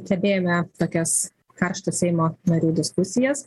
stebėjome tokias karštas seimo narių diskusijas